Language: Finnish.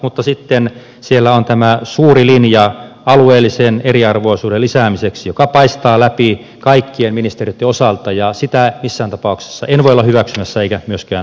mutta sitten siellä on tämä suuri linja alueellisen eriarvoisuuden lisäämiseksi joka paistaa läpi kaikkien ministeriöitten osalta ja sitä missään tapauksessa en voi olla hyväksymässä eikä myöskään suomen keskusta